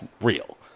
real